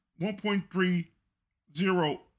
1.30